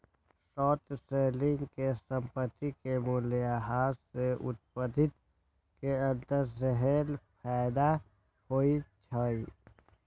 short selling में संपत्ति के मूल्यह्रास से उत्पन्न में अंतर सेहेय फयदा होइ छइ